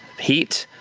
heat.